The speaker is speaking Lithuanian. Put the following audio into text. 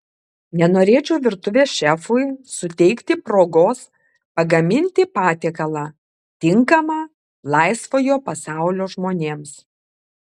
nenorėčiau virtuvės šefui suteikti progos pagaminti patiekalą tinkamą laisvojo pasaulio žmonėms